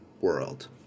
world